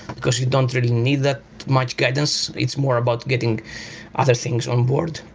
because you don't really need that much guidance. it's more about getting other things on board.